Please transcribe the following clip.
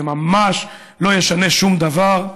זה ממש לא ישנה שום דבר.